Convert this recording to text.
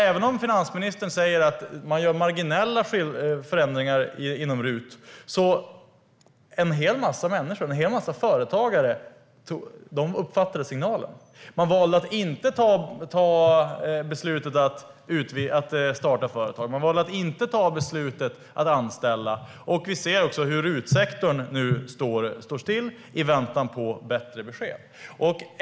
Även om finansministern säger att det sker marginella förändringar inom RUT har en massa företagare uppfattat signalen. De har beslutat att inte starta företag. De har beslutat att inte anställa. Vi ser också hur RUT-sektorn står still i väntan på bättre besked.